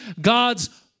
God's